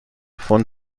von